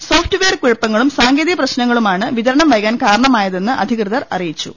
soft wear കുഴപ്പങ്ങളും സാങ്കേതിക പ്രശ്നങ്ങ ളുമാണ് വിതരണം വൈകാൻ കാരണമായതെന്ന് അധി കൃതർ അറിയിച്ചു